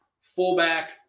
fullback